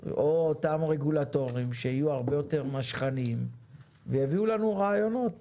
או את אותם רגולטורים שיהיו הרבה יותר משכנים ויביאו לנו רעיונות